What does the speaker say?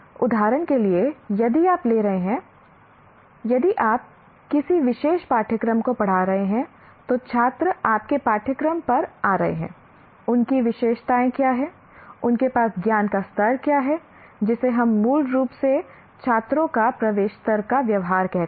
उदाहरण के लिए यदि आप ले रहे हैं यदि आप किसी विशेष पाठ्यक्रम को पढ़ा रहे हैं तो छात्र आपके पाठ्यक्रम पर आ रहे हैं उनकी विशेषताएं क्या हैं उनके पास ज्ञान का स्तर क्या है जिसे हम मूल रूप से छात्रों का प्रवेश स्तर का व्यवहार कहते हैं